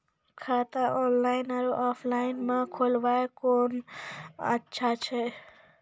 खाता ऑनलाइन और ऑफलाइन म खोलवाय कुन अच्छा छै?